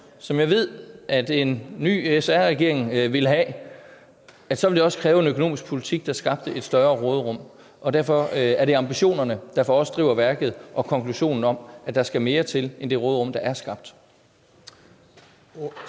som jeg ved en ny SR-regering ville have, ville det også kræve en økonomisk politik, der skabte et større råderum, og derfor er det for os ambitionerne, der driver værket, og konklusionen om, at der skal mere til end det råderum, der er skabt.